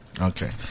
Okay